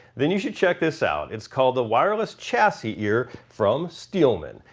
then you should check this out. it's called the wireless chassis ear from steelman.